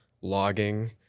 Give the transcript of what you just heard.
logging